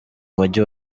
mujyi